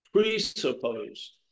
presupposed